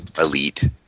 elite